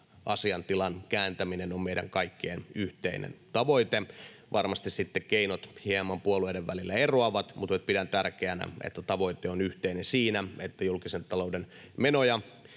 asiantilan kääntäminen on meidän kaikkien yhteinen tavoite. Varmasti sitten keinot hieman puolueiden välillä eroavat, mutta pidän tärkeänä, että tavoite on yhteinen siinä, että julkisen talouden menoja